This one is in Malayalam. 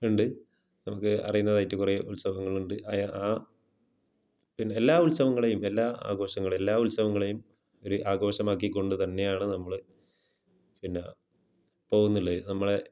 ഉണ്ട് നമുക്ക് അറിയുന്നതായിട്ട് കുറെ ഉത്സവങ്ങള്ണ്ട് അയ ആ പിന്നെ എല്ലാ ഉത്സവങ്ങളെയും എല്ലാ ആഘോഷങ്ങൾ എല്ലാ ഉത്സവങ്ങളെയും ഒരു ആഘോഷമാക്കിക്കൊണ്ട് തന്നെയാണ് നമ്മൾ പിന്നെ പോകുന്നുള്ളുത് നമ്മളെ